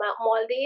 Maldives